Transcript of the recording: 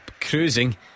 cruising